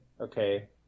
okay